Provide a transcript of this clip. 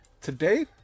today